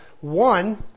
one